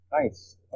Nice